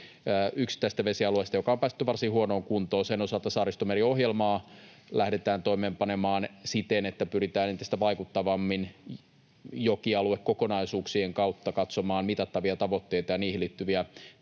yksittäisistä vesialueista, jotka on päästetty varsin huonoon kuntoon. Sen osalta Saaristomeri-ohjelmaa lähdetään toimeenpanemaan siten, että pyritään entistä vaikuttavammin jokialuekokonaisuuksien kautta katsomaan mitattavia tavoitteita ja niihin liittyviä toimia.